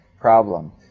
problem